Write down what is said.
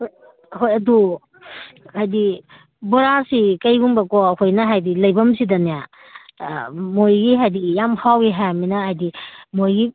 ꯍꯣꯏ ꯍꯣꯏ ꯑꯗꯨ ꯍꯥꯏꯕꯗꯤ ꯕꯣꯔꯥꯁꯤ ꯀꯔꯤꯒꯨꯝꯕꯀꯣ ꯑꯩꯈꯣꯏꯅ ꯍꯥꯏꯕꯗꯤ ꯂꯩꯐꯝꯁꯤꯗꯅꯦ ꯃꯣꯏꯒꯤ ꯍꯥꯏꯕꯗꯤ ꯌꯥꯝ ꯍꯥꯎꯏ ꯍꯥꯏꯔꯃꯤꯅ ꯍꯥꯏꯕꯗꯤ ꯃꯣꯏꯒꯤ